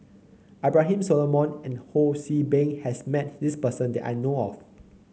Abraham Solomon and Ho See Beng has met this person that I know of